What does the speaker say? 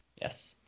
Yes